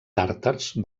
tàrtars